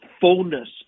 fullness